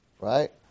Right